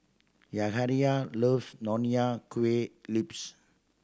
Yahaira loves nonya kueh lips